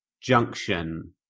junction